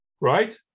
right